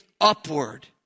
upward